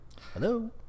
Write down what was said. Hello